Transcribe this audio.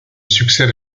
succède